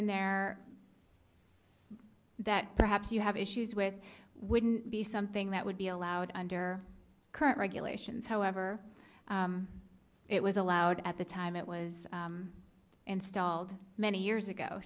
and there that perhaps you have issues with wouldn't be something that would be allowed under current regulations however it was allowed at the time it was installed many years ago